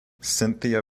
cynthia